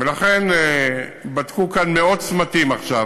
ולכן, בדקו כאן מאות צמתים עכשיו,